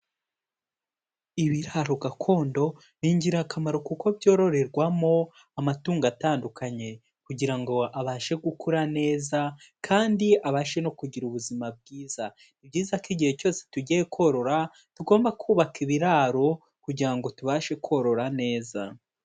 Ibiraro gakondo ni ingirakamaro kuko byororerwamo amatungo atandukanye kugira ngo abashe gukura neza kandi abashe no kugira ubuzima bwiza. Ni byiza ko igihe cyose tugiye korora tugomba kubaka ibiraro kugira ngo tubashe korora neza.